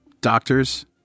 Doctors